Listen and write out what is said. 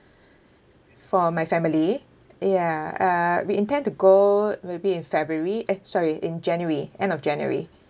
for my family ya uh we intend to go maybe in february eh sorry in january end of january